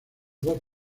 dos